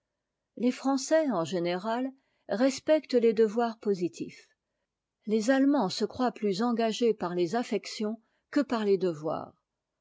les français en général respectent les devoirs positifs tes allemands se croient plus engagés par les affections que par les devoirs